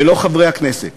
ולא חברי הכנסת.